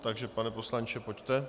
Takže pane poslanče, pojďte.